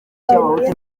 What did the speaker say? cy’abahutu